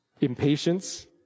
impatience